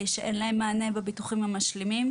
שאין להן מענה בביטוחים המשלימים.